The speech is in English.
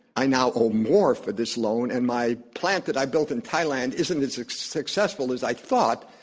i now owe more for this loan, and my plant that i built in thailand isn't as successful as i thought,